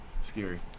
Scary